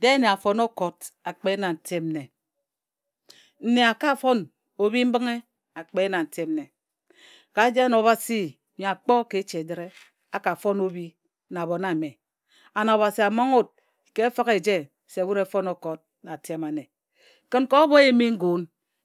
Dee nne a fon okot a kpe nna ntem nne. Nne a ka fon obhi mbǝnghe a kpe nna ntem nne. Ka jen Obhasi nyo a kpoe ka echi ejǝre a ka fon obhi na abhon ame. an Obhasi a monghe wut ka efonghe eje se wut e fon okot na atem ena-kǝn ka obho eyim ngun